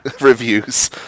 reviews